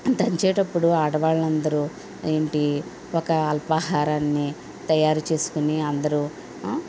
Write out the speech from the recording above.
దంచేటప్పుడు ఆడవాళ్ళందరు ఏంటి ఒక అల్పాహారాన్ని తయారు చేసుకొని అందరు